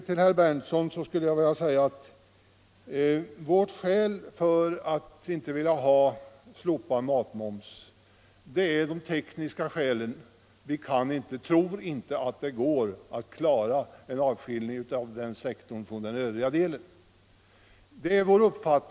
Till herr Berndtson skulle jag vilja säga att vårt skäl till att inte vilja slopa matmomsen är tekniskt. Jag tror inte att det går att klara en avskiljning av den sektorn från den övriga.